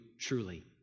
truly